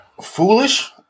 foolish